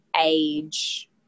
age